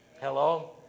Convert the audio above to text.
Hello